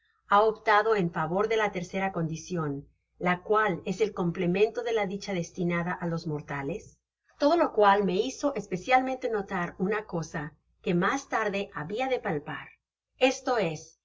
ha optado en favor de la tercera condicion la cual es el complemento de la dicha destinada á los mortales todo lo cual me hizo especialmente notar una cosa que mas tarde habia de palpar esto es que